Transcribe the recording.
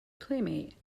playmate